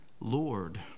Lord